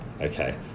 Okay